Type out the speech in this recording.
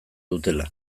dutela